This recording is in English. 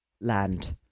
land